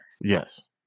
Yes